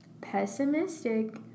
Pessimistic